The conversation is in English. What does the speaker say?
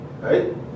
Right